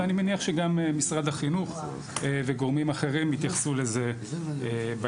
ואני מניח שגם משרד החינוך וגם גורמים אחרים יתייחסו לזה בהמשך.